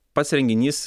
pats renginys